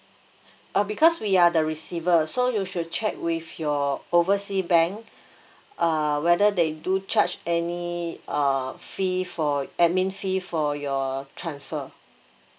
uh because we are the receiver so you should check with your oversea bank uh whether they do charge any uh fee for admin fee for your transfer